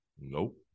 Nope